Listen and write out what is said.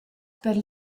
per